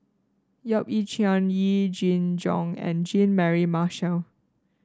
Yap Ee Chian Yee Jenn Jong and Jean Mary Marshall